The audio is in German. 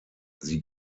sie